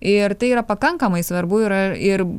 ir tai yra pakankamai svarbu yra ir